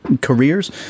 careers